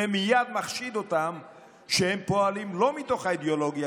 ומייד מחשיד אותם שהם פועלים לא מתוך האידיאולוגיה